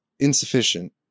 insufficient